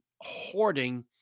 hoarding